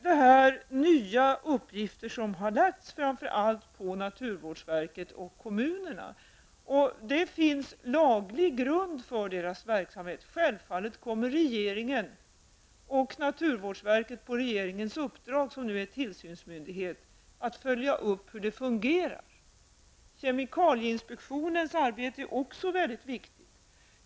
Detta är nya uppgifter som nu har lagts på framför allt naturvårdsverket och kommunerna. Det finns laglig grund för deras verksamhet, och självfallet kommer regeringen och -- på regeringens uppdrag -- naturvårdsverket, som är tillsynsmyndighet, att följa upp hur detta fungerar. Kemikalieinspektionens arbete är också mycket viktigt.